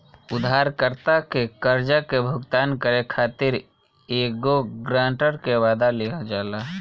उधारकर्ता के कर्जा के भुगतान करे खातिर एगो ग्रांटर से, वादा लिहल जाला